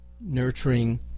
nurturing